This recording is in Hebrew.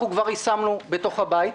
אנחנו כבר יישמנו בתוך הבית.